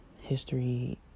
history